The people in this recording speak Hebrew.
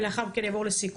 ולאחר מכן אני אעבור לסיכום.